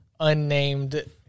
Unnamed